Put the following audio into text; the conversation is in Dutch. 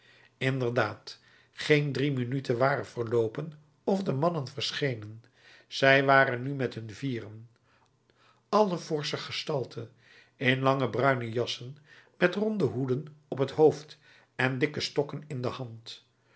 inderdaad geen drie minuten waren verloopen of de mannen verschenen zij waren nu met hun vieren allen forsche gestalten in lange bruine jassen met ronde hoeden op t hoofd en dikke stokken in de hand